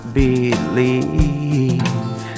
believe